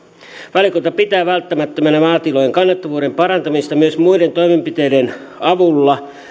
valiokunta pitää välttämättömänä maatilojen kannattavuuden parantamista myös muiden toimenpiteiden avulla